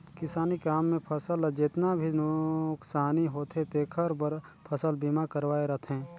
किसानी काम मे फसल ल जेतना भी नुकसानी होथे तेखर बर फसल बीमा करवाये रथें